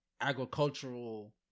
agricultural